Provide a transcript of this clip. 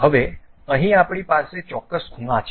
હવે અહીં આપણી પાસે ચોક્કસ ખૂણા છે